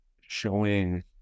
showing